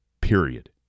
period